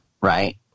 right